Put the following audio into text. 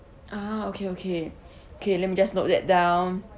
ah okay okay okay let me just note that down